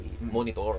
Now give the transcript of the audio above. monitor